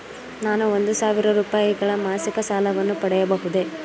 ನಾನು ಒಂದು ಸಾವಿರ ರೂಪಾಯಿಗಳ ಮಾಸಿಕ ಸಾಲವನ್ನು ಪಡೆಯಬಹುದೇ?